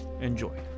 enjoy